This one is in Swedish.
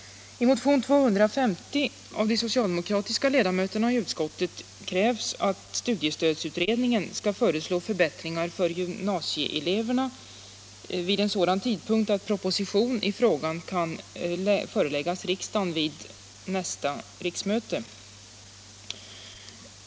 I motion 250 av de socialdemokratiska ledamöterna i utskottet krävs att studiestödsutredningen skall föreslå förbättringar för gymnasieeleverna vid en sådan tidpunkt att proposition i frågan kan föreläggas riksdagen vid nästkommande riksmöte.